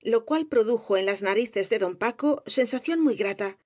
lo cual produjo en las narices de don paco sensación muy grata